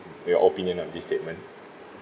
your opinion on this statement